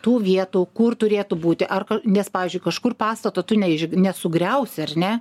tų vietų kur turėtų būti ar nes pavyzdžiui kažkur pastato tu neiš nesugreusi ar ne